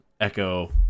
Echo